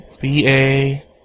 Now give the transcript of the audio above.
B-A